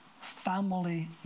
family